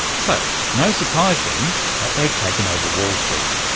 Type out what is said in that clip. so, no surprise then that they've taken over wall street.